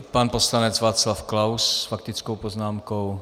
Pan poslanec Václav Klaus s faktickou poznámkou.